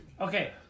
Okay